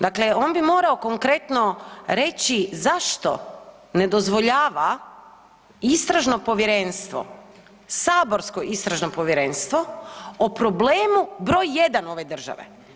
Dakle, on bi morao konkretno reći zašto ne dozvoljava istražno povjerenstvo, saborsko istražno povjerenstvo o problemu broj jedan ove države.